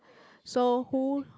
so who